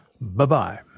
Bye-bye